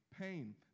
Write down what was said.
pain